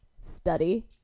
study